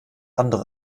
andere